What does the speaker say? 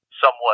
Somewhat